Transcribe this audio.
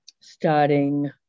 starting